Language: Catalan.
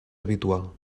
habitual